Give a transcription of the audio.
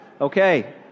Okay